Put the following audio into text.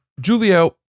Julio